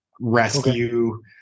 rescue